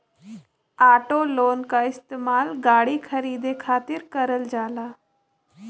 auto loan क इस्तेमाल गाड़ी खरीदे खातिर करल जाला